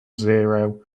zero